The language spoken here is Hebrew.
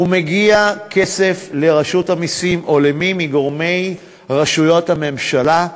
ומגיע כסף לרשות המסים או למי מגורמי רשויות הממשלה,